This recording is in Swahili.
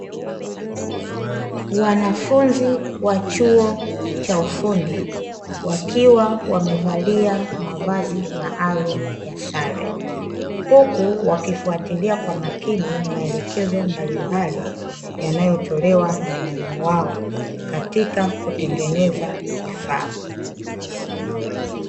Wanafunzi wa chuo cha ufundi wakiwa wamevalia mavazi maalum ya sare huku wakifuatilia kwa makini maelekezo mbalimbali yanayotolewa na mwalimu wao katika kutengeneza kifaa.